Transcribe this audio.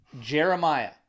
Jeremiah